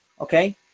okay